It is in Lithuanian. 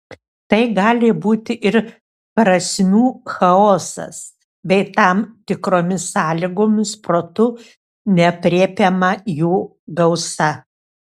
tai gali būti ir prasmių chaosas bei tam tikromis sąlygomis protu neaprėpiama jų gausa